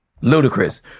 ludicrous